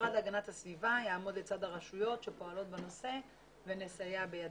המשרד להגנת הסביבה יעמוד לצד הרשויות שפועלות בנושא ונסייע בידן.